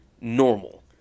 normal